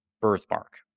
birthmark